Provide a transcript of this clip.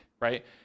right